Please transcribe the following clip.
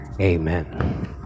amen